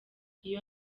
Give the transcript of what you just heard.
iyo